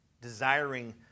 desiring